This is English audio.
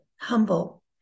humble